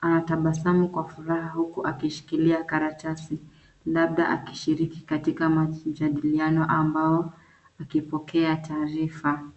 anatabasamu kwa furaha huku akishikilia karatasi, labda akishiriki katika majadiliano ambao akipokea taarifa.